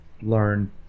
learn